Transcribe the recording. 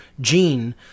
gene